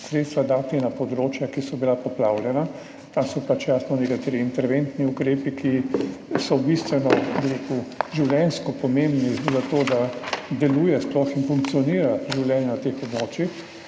sredstva dati na področja, ki so bila poplavljena. Tam so jasno nekateri interventni ukrepi, ki so bistveni, življenjsko pomembni zato, da sploh deluje in funkcionira življenje na teh območjih.